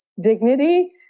dignity